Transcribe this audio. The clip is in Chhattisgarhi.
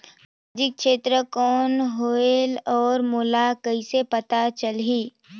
समाजिक क्षेत्र कौन होएल? और मोला कइसे पता चलही?